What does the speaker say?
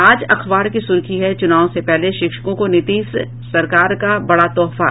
आज अखबार की सुर्खी है चुनाव से पहले शिक्षकों को नीतीश सरकार का बड़ा तोहफा